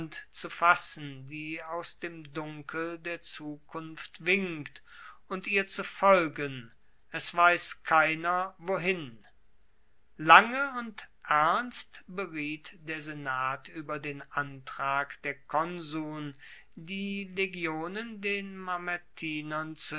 zu fassen die aus dem dunkel der zukunft winkt und ihr zu folgen es weiss keiner wohin lange und ernst beriet der senat ueber den antrag der konsuln die legionen den